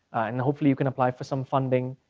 and hopefully you can apply for some funding,